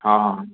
हाँ हाँ